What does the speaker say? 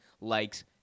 likes